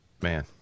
Man